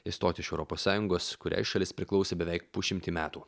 išstoti iš europos sąjungos kuriai šalis priklausė beveik pusšimtį metų